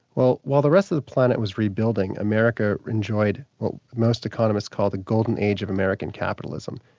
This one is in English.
well while the rest of the planet was rebuilding, america enjoyed what most economists call the golden age of american capitalism.